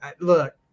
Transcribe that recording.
look